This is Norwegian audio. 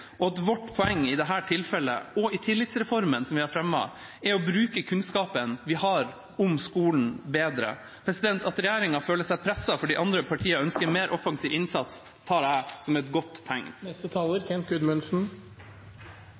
og at vårt poeng i dette tilfellet og med tillitsreformen, som vi har fremmet, er å bruke kunnskapen vi har om skolen, bedre. At regjeringa føler seg presset fordi andre partier ønsker en mer offensiv innsats, tar jeg som et godt tegn.